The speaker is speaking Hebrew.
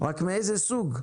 רק מאיזה סוג,